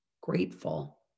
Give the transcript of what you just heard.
grateful